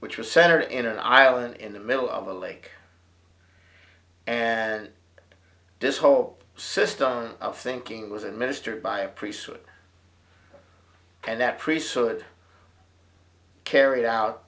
which was centered in an island in the middle of a lake and this whole system of thinking was administered by a priesthood and that priests would carried out